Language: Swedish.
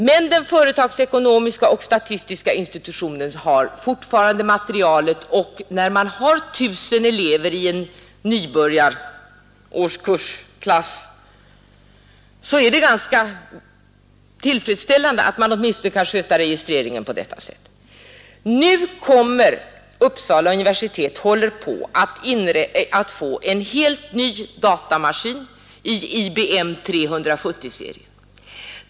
Men den företagsekonomiska och den statistiska institutionen har fortfarande materialet, och när det finns 1 000 elever i en nybörjarårskurs är det ganska tillfredsställande att man åtminstone kan sköta registreringen på detta sätt. Nu håller Uppsala universitet på att få en helt ny datamaskin i IBM 370-erien.